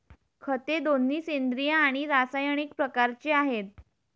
खते दोन्ही सेंद्रिय आणि रासायनिक प्रकारचे आहेत